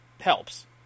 helps